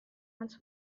wants